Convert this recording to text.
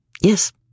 Yes